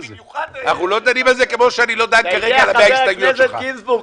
חבר הכנסת גינזבורג,